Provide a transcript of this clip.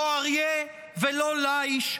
לא אריה ולא ליש,